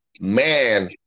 man